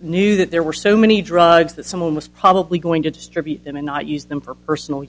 knew that there were so many drugs that someone was probably going to distribute them and not use them for personal